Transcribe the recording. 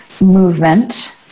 movement